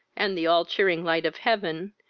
and the all-cheering light of heaven,